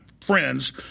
friends